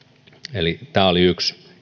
eli tämä oli yksi